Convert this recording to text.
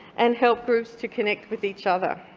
and help groups to connect with each other.